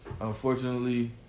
unfortunately